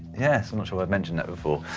yeah i'm not sure i've mentioned that before.